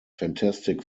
fantastic